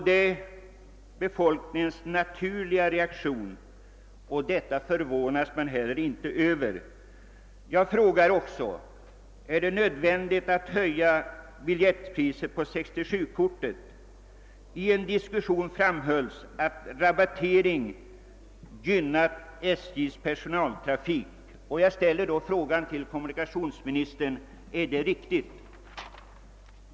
Det är befolkningens naturliga reaktion, och den förvånas man inte över. Jag frågar också, om det är nödvändigt att höja priset på 67-kortet? I en diskussion framhölls att rabattering gynnar SJ:s persontrafik. Jag ställer frågan till kommunikationsministern, om det är riktigt.